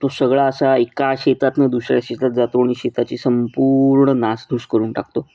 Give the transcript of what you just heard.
तो सगळा असा एका शेतातून दुसऱ्या शेतात जातो आणि शेताची संपूर्ण नासधूस करून टाकतो